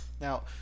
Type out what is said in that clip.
Now